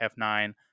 F9